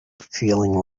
feeling